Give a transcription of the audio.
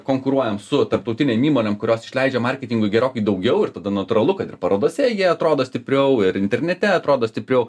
konkuruojam su tarptautinėm įmonėm kurios išleidžia marketingui gerokai daugiau ir tada natūralu kad ir parodose jie atrodo stipriau ir internete atrodo stipriau